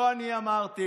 לא אני אמרתי,